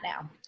now